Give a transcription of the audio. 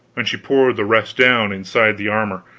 and she poured the rest down inside the armor.